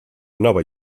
nova